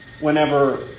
whenever